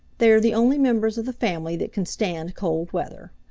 they are the only members of the family that can stand cold weather.